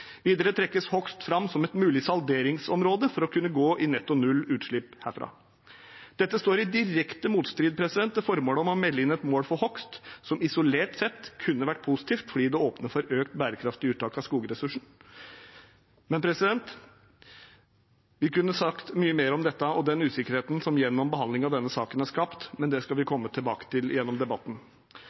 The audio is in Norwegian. Videre trekkes hogst fram som et mulig salderingsområde for å kunne gå i netto null utslipp herfra. Dette står i direkte motstrid til formålet om å melde inn et mål for hogst, som isolert sett kunne vært positivt fordi det åpner for økt bærekraftig uttak av skogressursen. Vi kunne sagt mye mer om dette og den usikkerheten som man har skapt gjennom behandling av denne saken, men det skal vi komme tilbake til gjennom debatten.